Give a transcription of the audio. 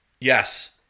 Yes